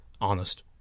honest